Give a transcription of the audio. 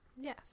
Yes